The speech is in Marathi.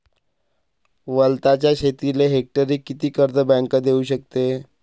वलताच्या शेतीले हेक्टरी किती कर्ज बँक देऊ शकते?